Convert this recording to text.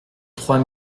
trois